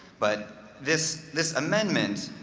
but this this amendment